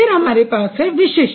फिर हमारे पास है विशिष्ट